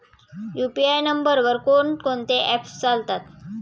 UPI नंबरवर कोण कोणते ऍप्स चालतात?